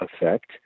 effect